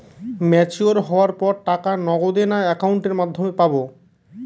Mature হওয়ার পর টাকা নগদে না অ্যাকাউন্টের মাধ্যমে পাবো?